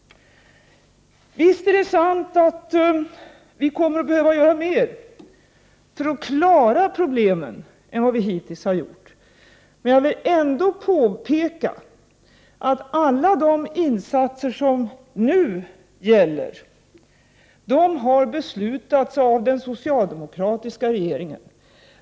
Visst är det sant att vi kommer att behöva göra mer för att klara problemen än vad vi hittills har gjort, men jag vill ändå påpeka att alla de insatser som nu gjorts har beslutats av den socialdemokratiska regeringen.